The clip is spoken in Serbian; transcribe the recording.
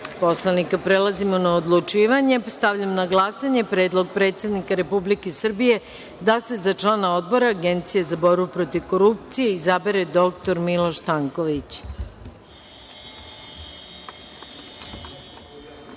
poslanika. Prelazimo na odlučivanje. Stavljam na glasanje predlog predsednika Republike Srbije da se za člana Odbora Agencije za borbu protiv korupcije izabere dr Miloš